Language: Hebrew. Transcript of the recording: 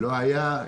לא היה.